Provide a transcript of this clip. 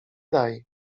daj